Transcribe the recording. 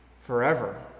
forever